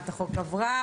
הצעת החוק עברה,